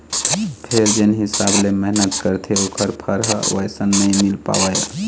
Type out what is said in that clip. फेर जेन हिसाब ले मेहनत करथे ओखर फर ह वइसन नइ मिल पावय